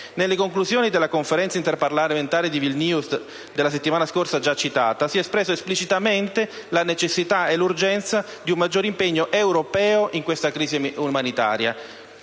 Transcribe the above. Nelle conclusioni della Conferenza interparlamentare di Vilnius della settimana scorsa, già citata, si è espressa esplicitamente la necessità e l'urgenza di un maggiore impegno europeo in questa crisi umanitaria.